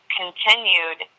continued